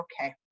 okay